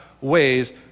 ways